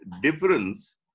difference